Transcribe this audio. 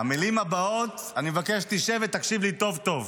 המילים הבאות, אני מבקש שתשב ותקשיב לי טוב טוב.